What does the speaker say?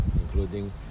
including